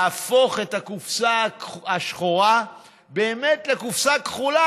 להפוך את הקופסה השחורה באמת לקופסה כחולה,